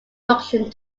production